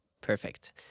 Perfect